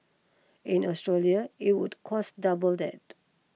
in Australia it would cost double that